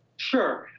sure.